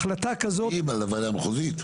החלטה כזאת --- לוועדה המחוזית?